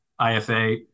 IFA